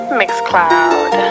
mixcloud